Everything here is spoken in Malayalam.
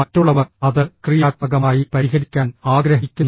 മറ്റുള്ളവർ അത് ക്രിയാത്മകമായി പരിഹരിക്കാൻ ആഗ്രഹിക്കുന്നു